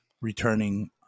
returning